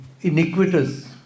iniquitous